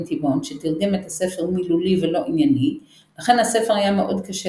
תיבן שתרגם את הספר מילולי ולא ענייני לכן הספר היה מאוד קשה